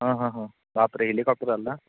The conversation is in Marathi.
हां हां हां बापरे हेलिकॉप्टर आला